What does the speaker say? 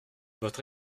votre